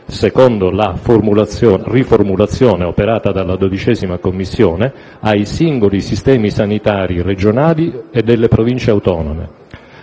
secondo la riformulazione operata dalla 12a Commissione, ai singoli sistemi sanitari regionali e delle Province autonome.